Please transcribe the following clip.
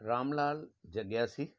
Ram Lal जॻियासी